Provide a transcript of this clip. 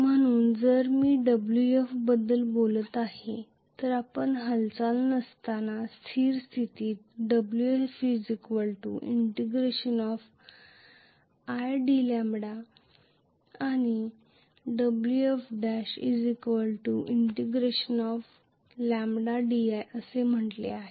म्हणून जर मी Wf बद्दल बोलत आहे तर आपण हालचाल नसताना स्थिर स्थितीत Wf ∫𝑖𝑑𝜆 Wf' ∫𝜆𝑑i असे म्हटले आहे